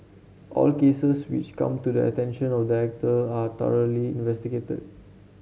all cases which come to the attention of director are thoroughly investigated